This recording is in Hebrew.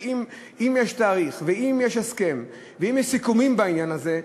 שאם יש תאריך ואם יש הסכם ואם יש סיכומים בעניין הזה,